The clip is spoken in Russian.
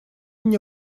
мне